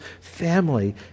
family